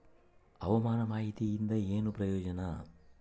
ಹವಾಮಾನ ಮಾಹಿತಿಯಿಂದ ಏನು ಪ್ರಯೋಜನ?